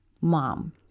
mom